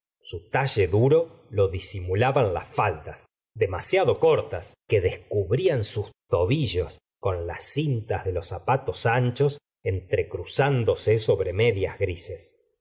su talle duro lo disimulaban las faldas demasiado cortas que descubrlan sus tobillos con las x cintas de los zapatos anchos entrecruzándose sobre medias grises